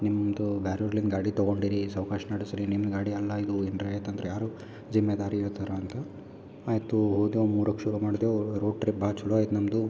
ನಿಮ್ಮದು ಬ್ಯಾರೋರ್ಲಿನ ಗಾಡಿ ತಗೊಂಡಿರಿ ಸಾವ್ಕಾಶ್ ನಡೆಸಿರಿ ನಿಮ್ಮ ಗಾಡಿ ಅಲ್ಲ ಇದು ಏನ್ರೆ ತಂದರೆ ಯಾರು ಜಿಮ್ಮೆದಾರಿ ಇರ್ತಾರ ಅಂದರು ಆಯಿತು ಹೋದೇವು ಮೂರುಕ್ಕೆ ಶುರು ಮಾಡ್ದೆವು ರೋಡ್ ಟ್ರಿಪ್ ಭಾಳ್ ಚಲೋ ಐತ್ ನಮ್ಮದು